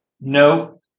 No